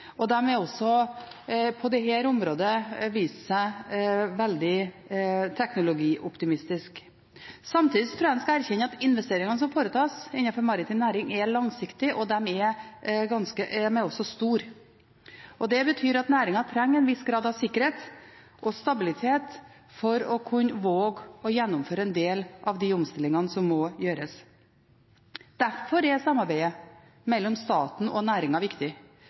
og den har også på dette området vist seg veldig teknologioptimistisk. Samtidig tror jeg en skal erkjenne at investeringene som foretas innenfor maritim næring, er langsiktige, og de er også store, og det betyr at næringen trenger en viss grad av sikkerhet og stabilitet for å kunne våge å gjennomføre en del av de omstillingene som må gjøres. Derfor er samarbeidet mellom staten og næringen viktig